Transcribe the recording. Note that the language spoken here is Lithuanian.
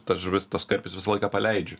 tas žuvis tuos karpius visą laiką paleidžiu